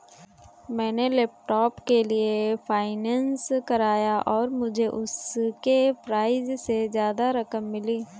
मैंने लैपटॉप के लिए फाइनेंस कराया और मुझे उसके प्राइज से ज्यादा रकम मिली